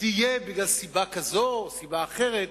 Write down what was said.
תהיה מסיבה כזו או מסיבה אחרת,